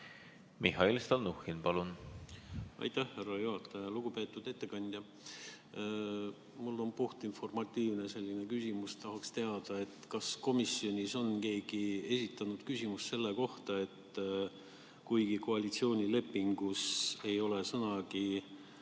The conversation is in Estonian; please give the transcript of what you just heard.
Mihhail Stalnuhhin, palun! Aitäh, härra juhataja! Lugupeetud ettekandja! Mul on puhtinformatiivne küsimus. Tahaks teada, kas komisjonis on keegi esitanud küsimuse selle kohta, et kuigi koalitsioonilepingus ei ole sõnagi